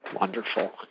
Wonderful